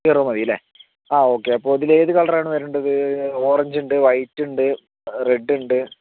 hero മതീല്ലേ ആ okay അപ്പൊൾ ഇതില് ഏത് കളറാണ് വരണ്ടത് ഓറഞ്ച് ഉണ്ട് വൈറ്റ് ഉണ്ട് റെഡ്ഡ്ണ്ട്